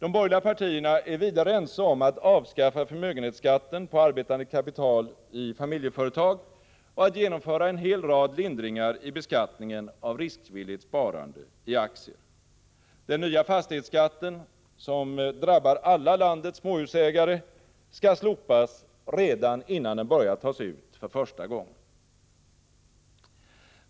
De borgerliga partierna är vidare ense om att avskaffa förmögenhetsskatten på arbetande kapital i familjeföretag och att genomföra en hel rad lindringar i beskattningen av riskvilligt sparande i aktier. Den nya fastighetsskatten, som drabbar alla landets småhusägare, skall slopas redan innan den börjat tas ut för första gången.